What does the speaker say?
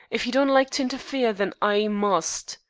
if you don't like to interfere, then i must.